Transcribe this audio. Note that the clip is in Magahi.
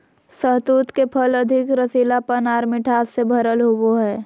शहतूत के फल अधिक रसीलापन आर मिठास से भरल होवो हय